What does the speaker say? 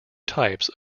types